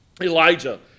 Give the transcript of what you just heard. Elijah